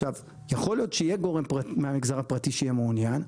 יכול להיות שיהיה גורם מהמגזר הפרטי שיהיה מעוניין,